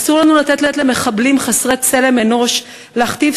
אסור לנו לתת למחבלים חסרי צלם אנוש להכתיב